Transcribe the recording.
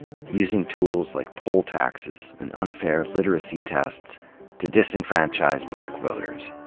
using tools like poll taxes and unfair literacy tests to disenfranchise black voters.